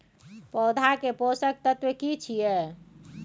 पौधा के पोषक तत्व की छिये?